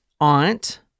aunt